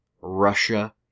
Russia